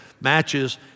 matches